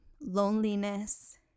loneliness